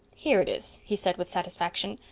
here it is, he said with satisfaction.